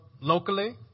locally